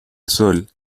sol